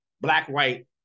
black-white